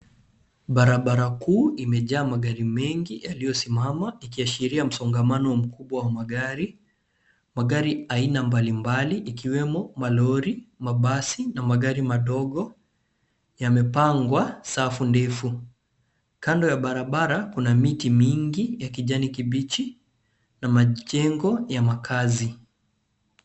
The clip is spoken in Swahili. Barabara kuu imejaa magari mengi yaliosimama ikiasheria msongamano mkubwa wa magari. Magari aina mbali mbali ikiwemo malori , mabasi na magari madogo, yamepangwa safu ndefu. Kando ya barabara kuna miti mingi ya kijani kibichi na majengo ya makazi.